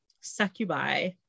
Succubi